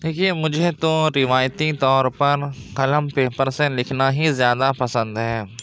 دیکھیے مجھے تو روایتی طور پر قلم پیپر سے لکھنا ہی زیادہ پسند ہے